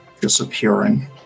disappearing